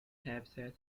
habitat